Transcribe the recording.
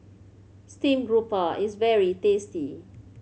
stream grouper is very tasty